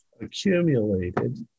accumulated